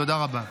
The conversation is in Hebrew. תודה רבה.